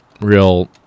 real